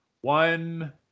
one